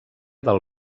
del